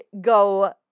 go